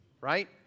Right